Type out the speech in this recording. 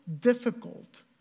difficult